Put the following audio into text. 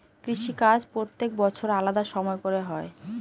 কৃষিকাজ প্রত্যেক বছর আলাদা সময় করে হয়